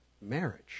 marriage